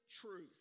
truth